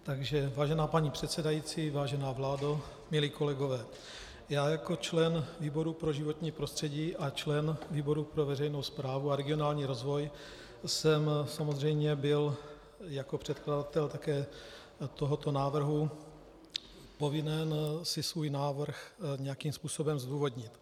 Takže vážená paní předsedající, vážená vládo, milí kolegové, jako člen výboru pro životní prostředí a člen výboru pro veřejnou správu a regionální rozvoj jsem samozřejmě byl jako předkladatel také tohoto návrhu povinen si svůj návrh nějakým způsobem zdůvodnit.